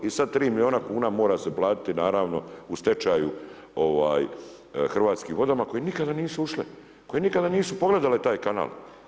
I sad tri milijuna kuna mora se platiti naravno u stečaju Hrvatskim vodama koje nikada nisu ušle, koje nikada nisu pogledale taj kanal.